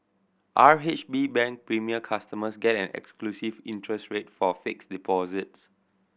R H B Bank Premier customers get an exclusive interest rate for fixed deposits